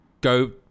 go